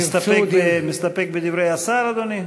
אם הם ירצו, אתה מסתפק בדברי השר, אדוני?